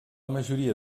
majoria